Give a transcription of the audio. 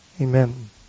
amen